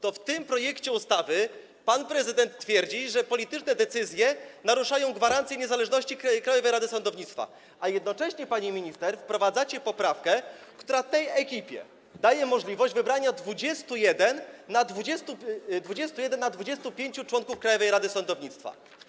To w tym projekcie ustawy pan prezydent twierdzi, że polityczne decyzje naruszają gwarancję niezależności Krajowej Rady Sądownictwa, a jednocześnie, pani minister, wprowadzacie poprawkę, która tej ekipie daje możliwość wybrania 21 na 25 członków Krajowej Rady Sądownictwa.